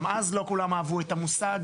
גם אז לא כולם אהבו את המושג.